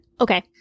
Okay